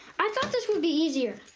i thought this would be easier.